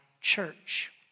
church